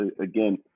Again